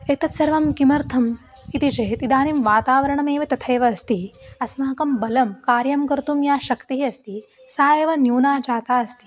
एतत् सर्वं किमर्थम् इति चेत् इदानीं वातावरणमेव तथैव अस्ति अस्माकं बलं कार्यं कर्तुं या शक्तिः अस्ति सा एव न्यूना जाता अस्ति